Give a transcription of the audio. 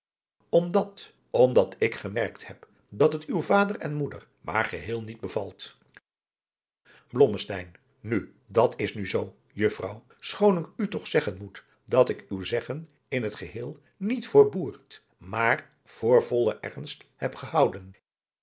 omdat omdat ik gemerkt heb dat het uw vader en moeder maar geheel niet bevalt blommesteyn nu dat is nu zoo juffrouw schoon ik u toch zeggen moet dat ik uw zeggen in het geheel niet voor boert maar voor vollen ernst heb gehouden